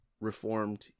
reformed